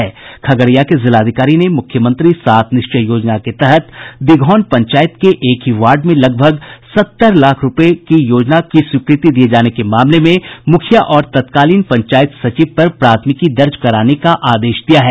खगड़िया के जिलाधिकारी ने मुख्यमंत्री सात निश्चय योजना के तहत दिघौन पंचायत के एक ही वार्ड में लगभग सत्तर लाख रुपये की योजना की स्वीकृति दिये जाने के मामले में मुखिया और तत्कालीन पंचायत सचिव पर प्राथमिकी दर्ज करने का आदेश दिया है